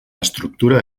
estructura